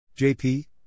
JP